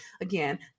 again